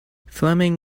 fleming